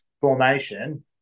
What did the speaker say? formation